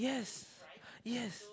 yes yes